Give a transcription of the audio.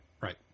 Right